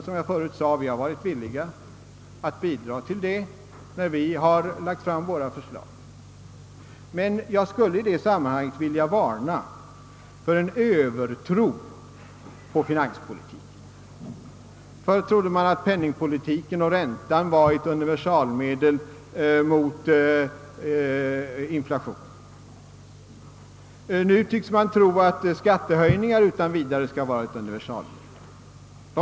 Som jag förut sade, så har vi varit villiga att bidra till det när vi har lagt fram våra förslag. Men jag skulle i detta sammanhang vilja varna för en Övertro på finanspolitiken. Förr trodde man att penningpolitiken och räntan var ett universalmedel mot inflationen. Nu tycks man tro att skattehöjningar utan vidare fungerar som ett universalmedel.